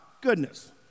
goodness